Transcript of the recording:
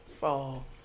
Fall